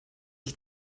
ich